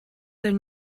their